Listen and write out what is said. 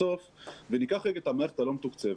ניקח את המערכת הלא מתוקצבת.